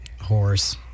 Horse